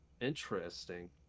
Interesting